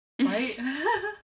Right